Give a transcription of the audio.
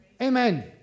amen